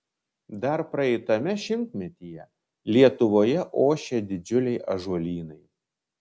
dar praeitame šimtmetyje lietuvoje ošė didžiuliai ąžuolynai